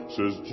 Says